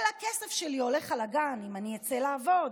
כל הכסף שלי הולך על הגן, אם אני אצא לעבוד.